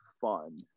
fun